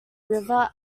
river